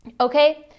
okay